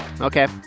Okay